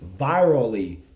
virally